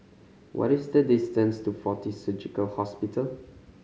what is the distance to Fortis Surgical Hospital